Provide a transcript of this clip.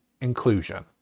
Inclusion